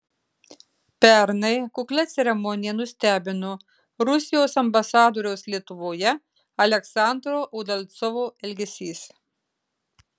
pernai kuklia ceremonija nustebino rusijos ambasadoriaus lietuvoje aleksandro udalcovo elgesys